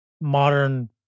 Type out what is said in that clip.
modern